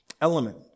element